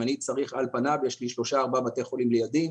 אם אני צריך יש לי שלושה או ארבעה בתי חולים לידי.